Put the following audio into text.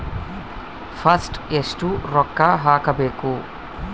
First ಎಷ್ಟು ರೊಕ್ಕ ಹಾಕಬೇಕು?